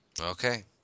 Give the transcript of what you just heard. Okay